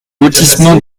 lotissement